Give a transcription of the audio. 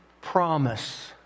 promise